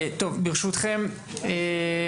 ברשותכם,